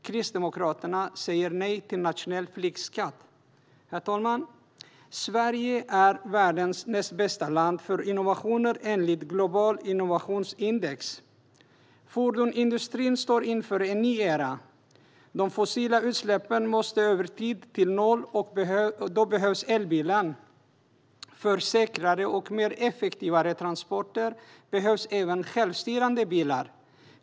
Kristdemokraterna säger nej till nationell flygskatt. Herr talman! Sverige är världens näst bästa land för innovationer, enligt Global Innovation Index. Fordonsindustrin står inför en ny era. De fossila utsläppen måste över tid ned till noll, och då behövs elbilen. För säkrare och mer effektiva transporter behövs även självstyrande bilar.